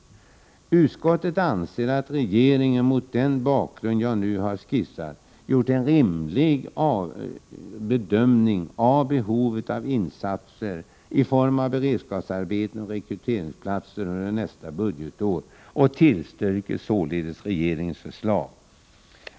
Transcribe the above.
Utskottet anser att regeringen, mot den bakgrund jag nu har skisserat, har gjort en rimlig bedömning av behovet av insatser i form av beredskapsarbeten och rekryteringsplatser under nästa budgetår och tillstyrker således regeringens förslag.